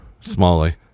Smalley